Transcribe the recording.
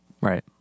right